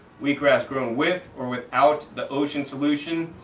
wheatgrass grown with or without the ocean solution.